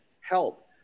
help